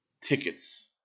tickets